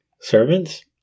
servants